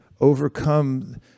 overcome